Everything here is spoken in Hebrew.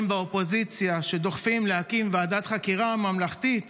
באופוזיציה שדוחפים להקים ועדת חקירה ממלכתית